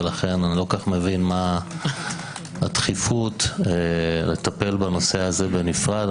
ולכן אני לא כל כך מבין מה הדחיפות לטפל בנושא הזה בנפרד.